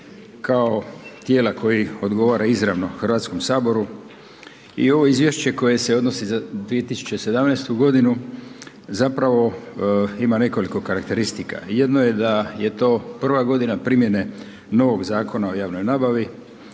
kao tijela koji odgovara izravno HS i ovo izvješće koje se odnosi za 2017.g. zapravo ima nekoliko karakteristika. Jedno je da je to prva godina primjene novog Zakona o javnoj nabavi,